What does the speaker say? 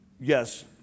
Yes